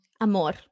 amor